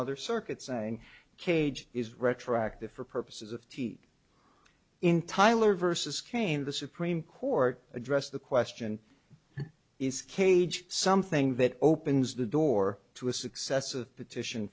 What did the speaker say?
other circuits saying cage is retroactive for purposes of teat in tyler versus cain the supreme court addressed the question is cage something that opens the door to a successive petition